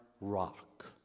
rock